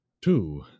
Two